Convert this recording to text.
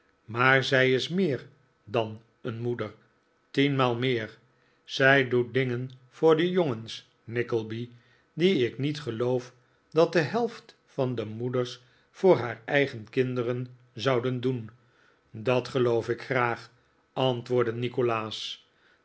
maar zij is meer dan een moeder tienmaal meer zij doet dingen voor de jongens nickleby die ik niet geloof dat de helft van de moeders voor haar eigen kinderen zouden doen dat geloof ik graag antwoordde nikolaas